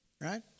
right